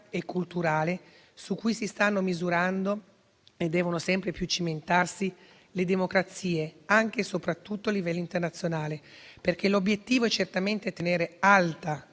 e culturale, su cui si stanno misurando e devono sempre più cimentarsi le democrazie, anche e soprattutto a livello internazionale. L'obiettivo è certamente tenere alta